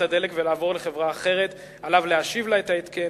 הדלק ולעבור לחברה אחרת עליו להשיב לה את ההתקן,